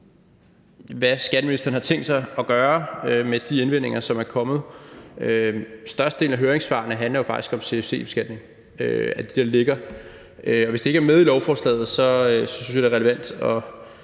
hvad skatteministeren har tænkt sig at gøre med de indvendinger, som er kommet. Størstedelen af høringssvarene handler jo faktisk om CFC-beskatning, og hvis det ikke er med i lovforslaget, synes jeg, det er relevant at